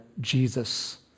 Jesus